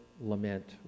lament